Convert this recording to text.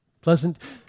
pleasant